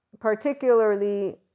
particularly